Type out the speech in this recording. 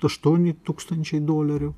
aštuoni tūkstančiai dolerių